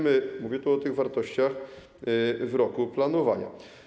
Mówię tu o wartościach w roku planowania.